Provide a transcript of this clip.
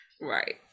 Right